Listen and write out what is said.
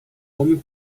homem